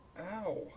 Ow